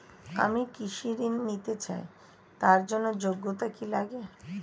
আমি কৃষি ঋণ নিতে চাই তার জন্য যোগ্যতা কি লাগে?